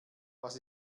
was